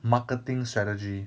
marketing strategy